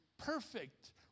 perfect